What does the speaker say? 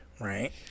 right